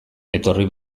etorri